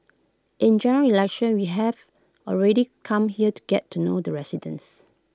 in General Election we have already come here to get to know the residents